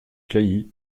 cailly